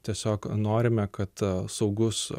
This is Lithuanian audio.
tiesiog norime kad saugus